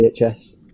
VHS